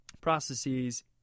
processes